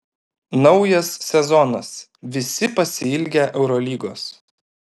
naujas sezonas visi pasiilgę eurolygos